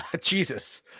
Jesus